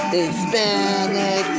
Hispanic